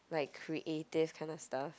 like creative kind of stuff